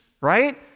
right